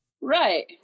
Right